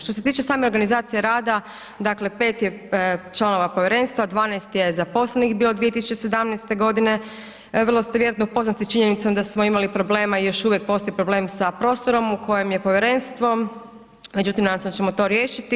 Što se tiče same organizacije rada, dakle 5 je članova povjerenstva, 12 je zaposlenih bilo 2017. godine, vrlo ste vjerojatno upoznati s činjenicom da smo imali problema i još uvijek postoji problem sa prostorom u kojem povjerenstvo, međutim nadam se da ćemo to riješiti.